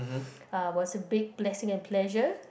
uh was a big blessing and pleasure